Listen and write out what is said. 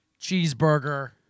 cheeseburger